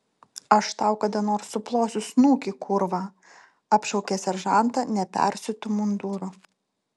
aš tau kada nors suplosiu snukį kurva apšaukė seržantą nepersiūtu munduru